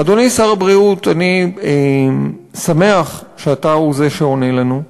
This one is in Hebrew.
אדוני שר הבריאות, אני שמח שאתה הוא שעונה לנו,